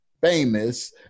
famous